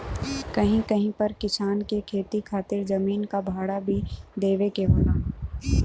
कहीं कहीं पर किसान के खेती खातिर जमीन क भाड़ा भी देवे के होला